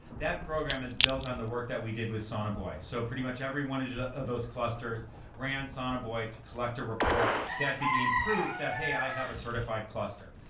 that program is built on the work that we did with sonobuoy. so pretty much everyone and of those clusters ran sonobuoy to collect a report. that became proof that, hey, i have a certified cluster,